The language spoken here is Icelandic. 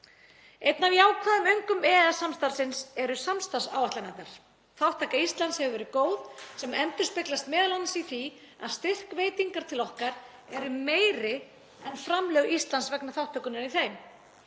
Einn af jákvæðum öngum EES-samstarfsins eru samstarfsáætlanirnar. Þátttaka Íslands hefur verið góð, sem endurspeglast m.a. í því að styrkveitingar til okkar eru meiri en framlög Íslands vegna þátttökunnar í þeim.